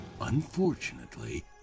Unfortunately